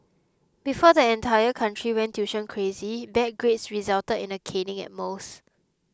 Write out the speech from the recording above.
before the entire country went tuition crazy bad grades resulted in a caning at most